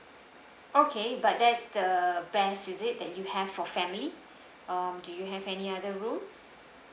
okay but that's the best is it that you have for family um do you have any other rooms